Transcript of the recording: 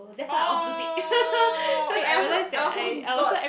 orh eh I also I also got